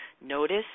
Notice